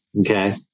Okay